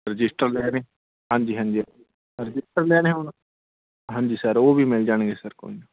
register ਲੈਣੇ ਹਾਂਜੀ ਹਾਂਜੀ ਰਜਿਸਟਰ ਲੈਣੇ ਹੋਣ ਹਾਂਜੀ ਸਰ ਉਹ ਵੀ ਮਿਲ ਜਾਣਗੇ ਸਰ ਕੋਈ ਨਾ